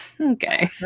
okay